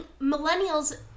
millennials